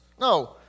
No